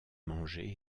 manger